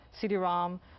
CD-ROM